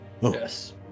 yes